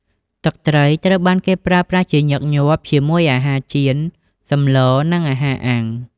ទឹកត្រីត្រូវបានគេប្រើប្រាស់ជាញឹកញាប់ជាមួយអាហារចៀន សម្លរ និងអាហារអាំង។